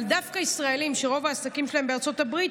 אבל דווקא ישראלים שרוב העסקים שלהם בארצות הברית,